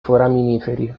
foraminiferi